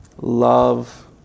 Love